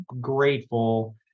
grateful